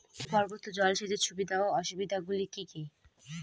ভূগর্ভস্থ জল সেচের সুবিধা ও অসুবিধা গুলি কি কি?